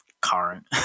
current